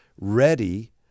ready